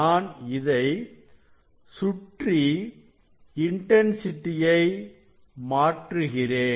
நான் இதை சுற்றி இன்டன்சிட்டியை மாற்றுகிறேன்